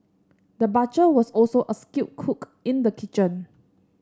the butcher was also a skilled cook in the kitchen